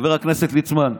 חבר הכנסת ליצמן,